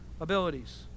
abilities